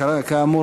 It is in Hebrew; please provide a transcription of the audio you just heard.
כאמור,